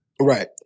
Right